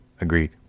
Agreed